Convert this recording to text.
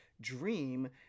dream